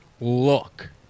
look